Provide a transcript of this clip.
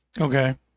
Okay